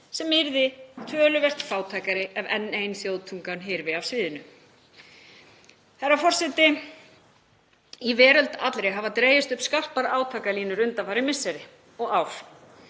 sem yrði töluvert fátækari ef enn ein þjóðtungan hyrfi af sviðinu. Herra forseti. Í veröld allri hafa dregist upp skarpar átakalínur undanfarin misseri og ár.